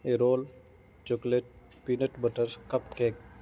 ایرول chocolate peanut butter cup cake